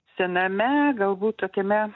sename galbūt tokiame